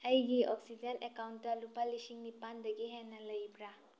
ꯑꯩꯒꯤ ꯑꯣꯛꯁꯤꯖꯦꯟ ꯑꯦꯛꯀꯥꯎꯟꯗ ꯂꯨꯄꯥ ꯂꯤꯁꯤꯡ ꯅꯤꯄꯥꯜꯗꯒꯤ ꯍꯦꯟꯅ ꯂꯩꯕ꯭ꯔꯥ